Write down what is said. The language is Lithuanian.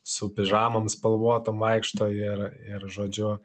su pižamom spalvotom vaikšto ir ir žodžiu